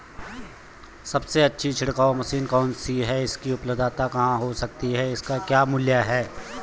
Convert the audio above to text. सबसे अच्छी छिड़काव मशीन कौन सी है इसकी उपलधता कहाँ हो सकती है इसके क्या मूल्य हैं?